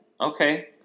Okay